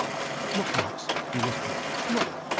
look, knox! he whispered look!